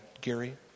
Gary